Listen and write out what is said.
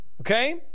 okay